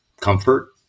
comfort